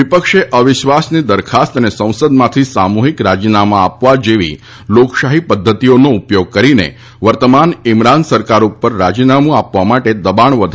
વિપક્ષે અવિશ્વાસની દરખાસ્ત અને સંસદમાંથી સામુહીક રાજીનામા આપવા જેવી લોકશાહી પધ્ધતિઓનો ઉપયોગ કરીને વર્તમાન ઇમરાન સરકાર ઉપર રાજીનામુ આપવા માટે દબાણ વધારવાનો નિર્ણય લીધો છે